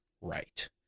right